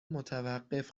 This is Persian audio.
متوقف